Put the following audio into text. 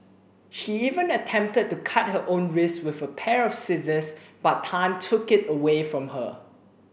he even attempted to cut her own wrists with a pair of scissors but Tan took it away from her